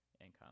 income